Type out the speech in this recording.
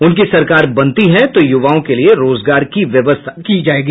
उनकी सरकार बनती है तो युवाओं के लिए रोजगार की व्यवस्था की जायेगी